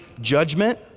judgment